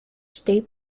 state